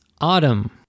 autumn